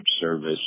service